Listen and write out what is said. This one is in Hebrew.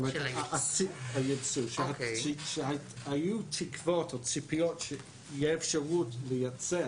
היו תקוות או ציפיות שאפשר יהיה לייצא